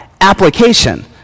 Application